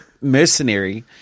mercenary